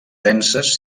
denses